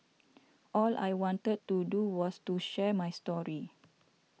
all I wanted to do was to share my story